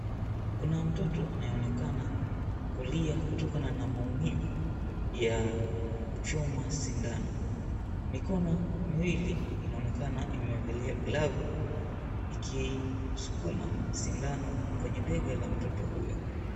Kuna mtoto anayeonekana kulia kutokana na maumivu ya kuchomwa shindano. Mikono miwili inaonekana ikiwa imevalia glavo ikisukuma sindano kwenye bega la mtoto huyo.